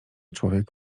człowiek